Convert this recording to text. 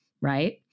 right